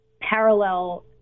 parallel